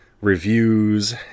reviews